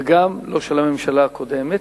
וגם לא של הממשלה הקודמת,